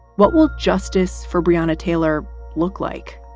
what will justice for brianna taylor look like?